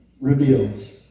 reveals